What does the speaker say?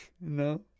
No